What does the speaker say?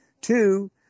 Two